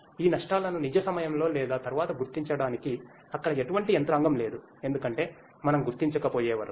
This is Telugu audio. ఈ నష్టాలను నిజ సమయంలో లేదా తరువాత గుర్తించడానికి అక్కడ ఎటువంటి యంత్రాంగం లేదు ఎందుకంటే మనం గుర్తించకపోయే వరకు